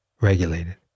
regulated